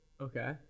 Okay